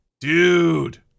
Dude